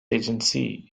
agency